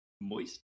moist